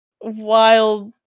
wild